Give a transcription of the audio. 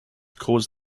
caused